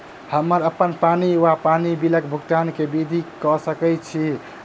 हम्मर अप्पन पानि वा पानि बिलक भुगतान केँ विधि कऽ सकय छी?